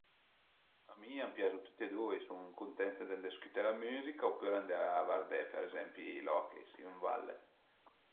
A mi a m'piazu tüti e dui, sun cuntent d'andé scuté la müzica opüra andé vardé për ezempi l'hockey si ën valle